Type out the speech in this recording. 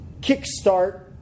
kickstart